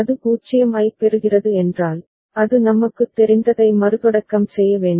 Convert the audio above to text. அது 0 ஐப் பெறுகிறது என்றால் அது நமக்குத் தெரிந்ததை மறுதொடக்கம் செய்ய வேண்டும்